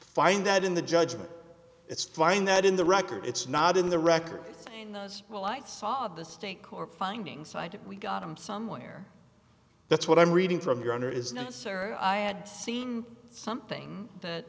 find that in the judgment it's find that in the record it's not in the record well i saw of the stick or finding side we got him somewhere that's what i'm reading from your honor is necessary i had seen something that